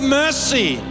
mercy